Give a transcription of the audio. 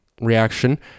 reaction